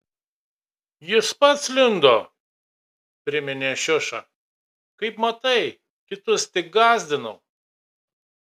jis pats lindo priminė šiuša kaip matai kitus tik gąsdinau